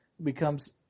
becomes